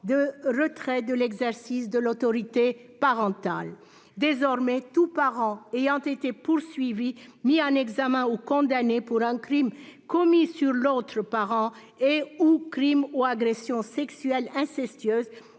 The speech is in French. de retrait de l'exercice de l'autorité parentale. Désormais, tout parent ayant été poursuivi, mis en examen ou condamné pour un crime commis sur l'autre parent et/ou crime ou agression sexuelle incestueuse